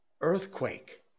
earthquake